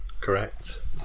correct